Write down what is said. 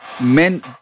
men